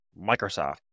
Microsoft